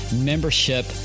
membership